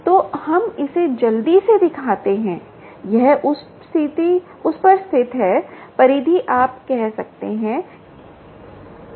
तो हम इसे जल्दी से दिखाते हैं यह उस पर स्थित है परिधि आप कह सकते हैं कि ठीक है